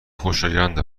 خوشایند